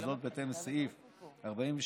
וזאת בהתאם לסעיף 43ד(ד)